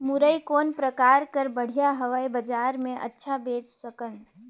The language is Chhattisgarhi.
मुरई कौन प्रकार कर बढ़िया हवय? बजार मे अच्छा बेच सकन